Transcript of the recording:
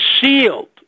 sealed